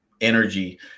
energy